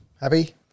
Happy